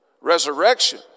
resurrection